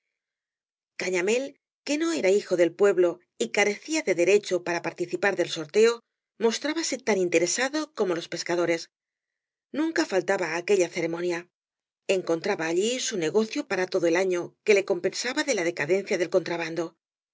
cañamél que no era hijo del pueblo y carecía de derecho para participar del sorteo mostrábase tan interesado como los pescadores nunca faltaba á aquella ceremonia encontraba allí su negó eio para todo el año que le compensaba da la decadencia del contrabando